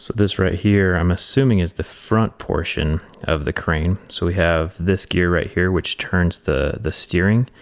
this right here, i'm assuming is the front portion of the crane. so we have this gear right here which turns the the steering.